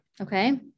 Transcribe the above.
Okay